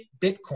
Bitcoin